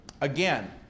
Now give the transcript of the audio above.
again